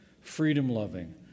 freedom-loving